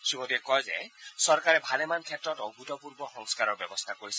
শ্ৰীমোদীয়ে কয় যে চৰকাৰে ভালেমান ক্ষেত্ৰত অভূতপূৰ্ব সংস্থাৰৰ ব্যৱস্থা কৰিছে